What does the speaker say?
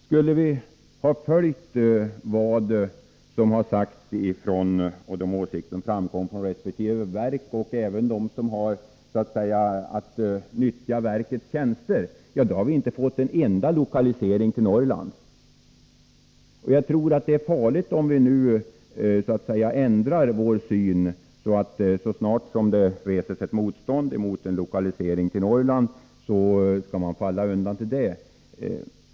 Skulle vi då ha följt de åsikter som framfördes från olika verk och även av dem som så att säga nyttjar verkets tjänster, skulle vi inte ha fått en enda lokalisering till Norrland. Jag tror att det är farligt om vi nu ändrar vår syn så att så snart det reses ett motstånd mot lokalisering till Norrland, faller man undan för det.